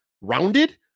rounded